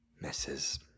Misses